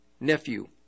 nephew